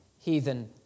heathen